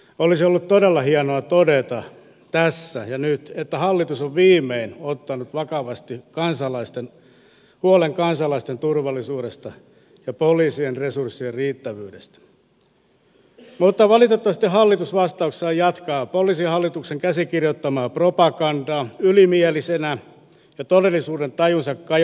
olisi ollut todella hienoa todeta tässä ja nyt että hallitus on viimein ottanut vakavasti huolen kansalaisten turvallisuudesta ja poliisien resurssien riittävyydestä mutta valitettavasti hallitus vastauksessaan jatkaa poliisihallituksen käsikirjoittamaa propagandaa ylimielisenä ja todellisuudentajunsa kadottaneena